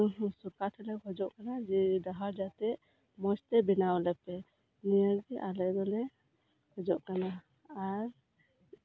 ᱥᱚᱠᱟᱨ ᱴᱷᱮᱱᱞᱮ ᱠᱷᱚᱡᱚᱜ ᱠᱟᱱᱟ ᱡᱮ ᱰᱟᱦᱟᱨ ᱡᱟᱛᱮ ᱢᱚᱸᱡᱛᱮ ᱱᱤᱭᱟᱹᱜᱮ ᱟᱞᱮ ᱫᱚᱞᱮ ᱠᱷᱚᱡᱚᱜ ᱠᱟᱱᱟ ᱟᱨ